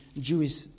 Jewish